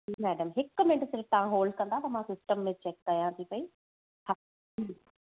जी madam हिक minute सिर्फ़ु तव्हां होल्ड कंदा त मां सिस्टम में चेक कयां थी पेई हा जी